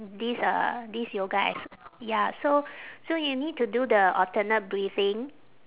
this uh this yoga ex~ ya so so you need to do the alternate breathing